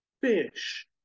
Fish